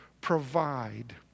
provide